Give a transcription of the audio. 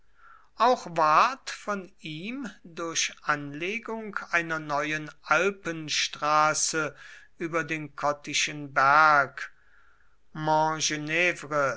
auch ward von ihm durch anlegung einer neuen alpenstraße über den kottischen berg